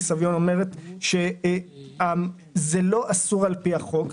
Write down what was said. סביון אומרת שזה לא אסור על פי החוק,